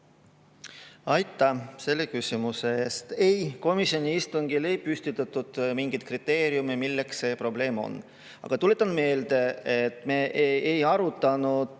Aitäh selle küsimuse eest! Ei, komisjoni istungil ei püstitatud mingeid kriteeriume, millal see probleem on. Aga tuletan meelde, et me ei arutanud